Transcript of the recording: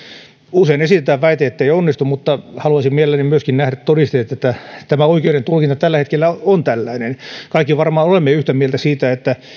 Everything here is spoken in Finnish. usein esitetään väite ettei onnistu mutta haluaisin mielelläni myöskin nähdä todisteet että oikeuden tulkinta tällä hetkellä on tällainen me kaikki varmaan olemme yhtä mieltä siitä että